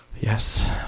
Yes